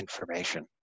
information